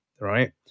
right